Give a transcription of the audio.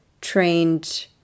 trained